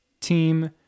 team